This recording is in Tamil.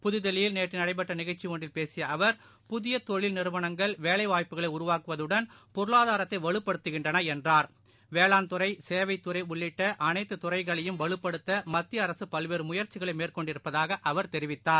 புகுதில்லியில் நேற்றுநடைபெற்றநிகழ்ச்சிஒன்றில் பேசியஅவர் புதியதொழில் நிறுவனங்கள் வேலைவாய்ப்புக்களைஉருவாக்குவதுடன் பொருளாதாரத்தைவலுப்படுத்துகின்றனஎன்றார் வேளாண்துறை சேவைத்துறைஉள்ளிட்டஅனைத்துதுறைகளையும் வலுப்படுத்தமத்தியஅரசுபல்வேறுமுயற்சிகளைமேற்கொண்டிருப்பதாகஅவர் தெரிவித்தார்